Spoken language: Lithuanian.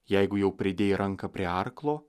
jeigu jau pridėjai ranką prie arklo